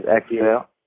exhale